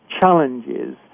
challenges